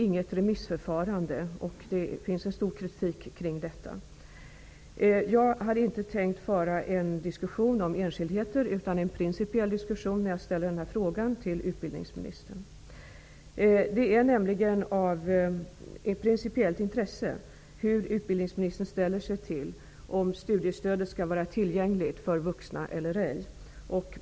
Inget remissförfarande har förekommit. Det finns mycken kritik kring detta. När jag ställde frågan till utbildningsministern avsåg jag inte att föra en diskussion om enskildheter, utan jag avsåg att föra en principiell diskussion. Det är nämligen av principiellt intresse hur utbildningsministern ställer sig till om studiestödet skall vara tillgängligt för vuxna eller ej.